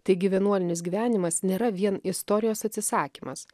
taigi vienuolinis gyvenimas nėra vien istorijos atsisakymas